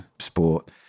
sport